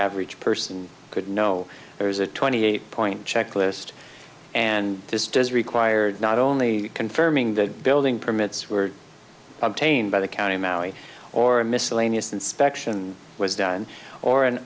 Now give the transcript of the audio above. average person could know there's a twenty eight point checklist and this does require not only confirming the building permits were obtained by the county mary or miscellaneous inspection was done or an